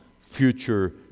future